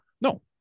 No